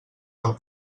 del